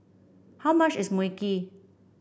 how much is Mui Kee